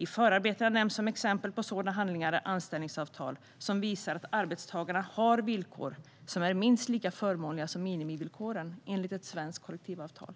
I förarbetena nämns som exempel på sådana handlingar anställningsavtal som visar att arbetstagarna har villkor som är minst lika förmånliga som minimivillkoren enligt ett svenskt kollektivavtal.